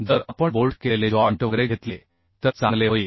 जर आपण बोल्ट केलेले जॉइंट वगैरे घेतले तर चांगले होईल